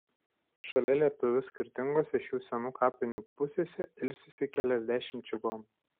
šalia lietuvių skirtingose šių senų kapinių pusėse ilsisi keliasdešimt čigonų